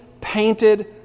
painted